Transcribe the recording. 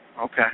Okay